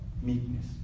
meekness